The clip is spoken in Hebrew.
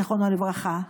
זיכרונו לברכה.